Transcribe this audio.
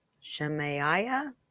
Shemaiah